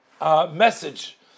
message